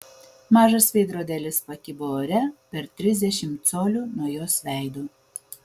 mažas veidrodėlis pakibo ore per trisdešimt colių nuo jos veido